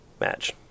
match